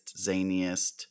zaniest